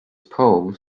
poem